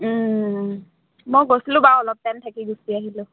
মই গৈছিলোঁ বাৰু অলপ টাইম থাকি গুচি আহিলোঁ